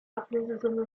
ablösesumme